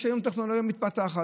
יש היום טכנולוגיה מתפתחת,